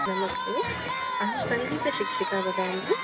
नमस्ते अहं सङ्गीतशिक्षिका वदामि